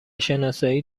شناسایی